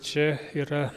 čia yra